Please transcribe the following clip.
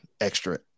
extra